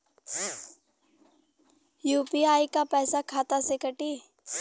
UPI क पैसा खाता से कटी?